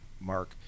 Mark